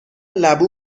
لبو